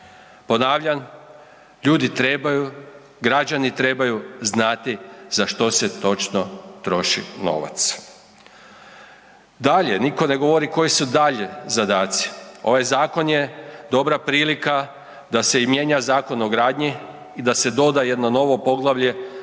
Ponavljam, ljudi trebaju, građani trebaju znati za što se točno troši novac. Dalje, nitko ne govori koji dalji zadaci. Ovaj zakon je dobra prilika da se i mijenja Zakon o gradnji i da se doda jedno poglavlje,